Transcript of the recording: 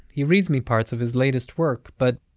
he reads me parts of his latest work, but,